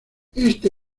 este